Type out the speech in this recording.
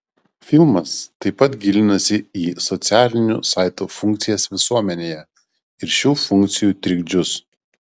filmas taip pat gilinasi į socialinių saitų funkcijas visuomenėje ir šių funkcijų trikdžius